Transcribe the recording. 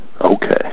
Okay